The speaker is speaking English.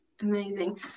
Amazing